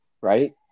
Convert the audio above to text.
Right